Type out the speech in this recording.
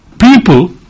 people